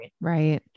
Right